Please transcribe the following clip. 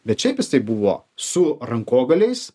bet šiaip jisai buvo su rankogaliais